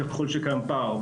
ככל שקיים פער,